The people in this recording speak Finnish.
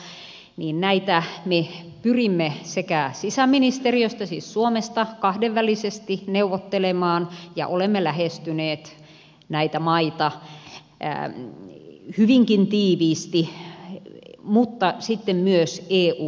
näitä me pyrimme sisäministeriöstä siis suomesta kahdenvälisesti neuvottelemaan ja olemme lähestyneet näitä maita hyvinkin tiiviisti mutta sitten myös eu tasolla